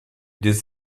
des